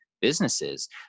businesses